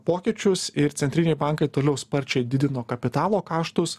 pokyčius ir centriniai bankai toliau sparčiai didino kapitalo kaštus